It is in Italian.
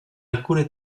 alcune